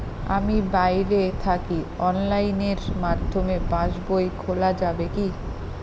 আমি বাইরে থাকি অনলাইনের মাধ্যমে পাস বই খোলা যাবে কি?